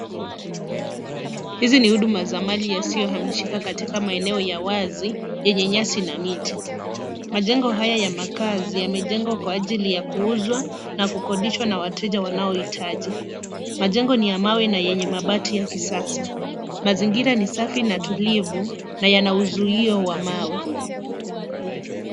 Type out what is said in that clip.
Hizi ni huduma za mali isiyohamishika katika maeneo ya wazi yenye nyasi na miti. Majengo haya ya makazi yamepangwa kwa ajili ya kuuzwa na kukodishwa na wateja wanahitaji. Majengo ni ya mawe na yenye mabati ya kisasa. Mazingira ni safi na tulivu na yana uzio wa mawe.